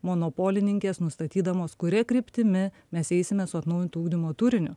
monopolininkės nustatydamos kuria kryptimi mes eisime su atnaujintu ugdymo turiniu